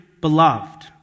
beloved